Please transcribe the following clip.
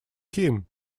him